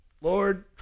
Lord